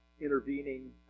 intervening